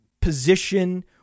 position